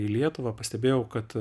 į lietuvą pastebėjau kad